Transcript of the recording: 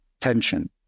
tension